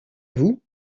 vous